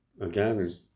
again